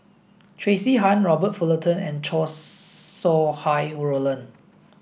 Tracey Tan Robert Fullerton and Chow Sau Hai Roland